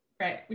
Right